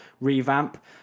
revamp